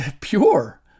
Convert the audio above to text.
pure